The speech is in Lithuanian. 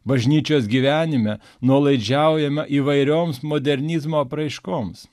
bažnyčios gyvenime nuolaidžiaujama įvairioms modernizmo apraiškoms